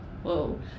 whoa